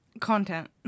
content